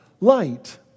light